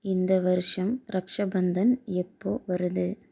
இந்த வருடம் ரக்ஷாபந்தன் எப்போது வருது